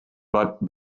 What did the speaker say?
but